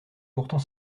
pourtant